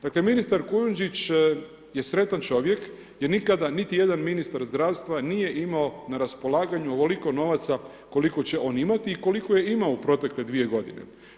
Dakle, ministar Kujundžić je sretan čovjek jer nikada niti jedan ministar zdravstva nije imao na raspolaganju ovoliko novaca koliko će on imati i koliko je imao u protekle 2 godine.